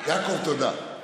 יעקב, תודה.